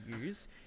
use